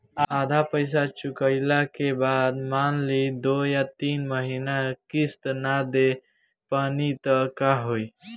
आधा पईसा चुकइला के बाद मान ली दो या तीन महिना किश्त ना दे पैनी त का होई?